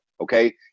okay